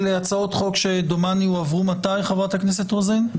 אלה הצעות חוק שהועברו מתי, חברת הכנסת רוזין?